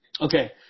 Okay